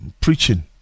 preaching